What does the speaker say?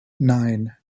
nine